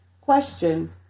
Question